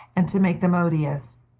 and to make them odious.